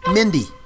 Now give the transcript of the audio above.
Mindy